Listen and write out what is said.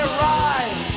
ride